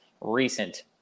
recent